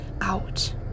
out